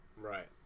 Right